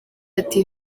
ati